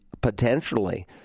potentially